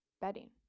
bedding